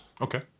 Okay